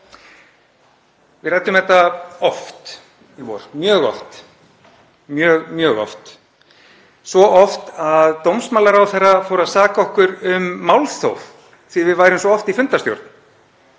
Við ræddum þetta oft í vor, mjög oft, mjög mjög oft, svo oft að dómsmálaráðherra fór að saka okkur um málþóf því að við værum svo oft í fundarstjórn.